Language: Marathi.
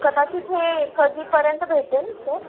कदाचित हे कधीपर्यंत भेटेल सर